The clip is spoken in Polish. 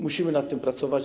Musimy nad tym pracować.